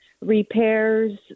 repairs